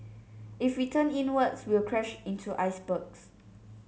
if we turn inwards we'll crash into icebergs